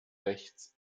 rechts